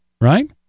Right